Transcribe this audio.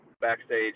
backstage